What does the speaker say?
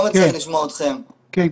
אנחנו